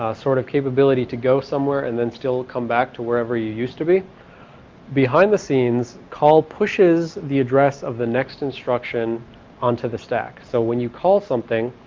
ah sort of capability to go somewhere and then still come back to wherever you used to be behind the scenes call pushes the address of the next instruction onto the stack so when you call something,